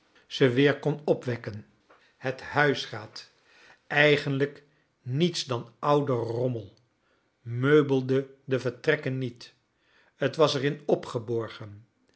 ze weer kon opwekken het huisraad eigenlijk niets dan oude rommel meubelde de vertrekken niet t was er in opgeborgen